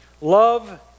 love